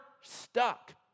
stuck